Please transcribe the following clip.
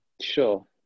Sure